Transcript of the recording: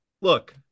Look